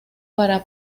para